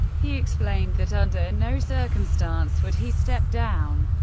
he explained that under no circumstance would he step down.